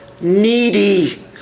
needy